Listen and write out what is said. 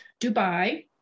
Dubai